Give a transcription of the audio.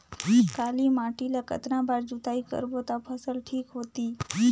काली माटी ला कतना बार जुताई करबो ता फसल ठीक होती?